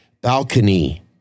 balcony